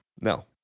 No